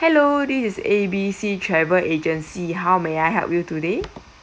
hello this is A B C travel agency how may I help you today